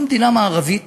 אנחנו מדינה מערבית,